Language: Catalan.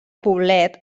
poblet